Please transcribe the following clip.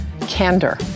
candor